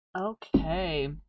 Okay